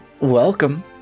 welcome